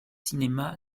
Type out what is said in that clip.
cinéma